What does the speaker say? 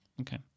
okay